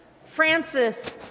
Francis